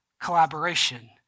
collaboration